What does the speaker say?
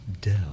Dell